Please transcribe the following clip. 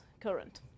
current